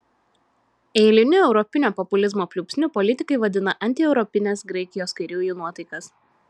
eiliniu europinio populizmo pliūpsniu politikai vadina antieuropines graikijos kairiųjų nuotaikas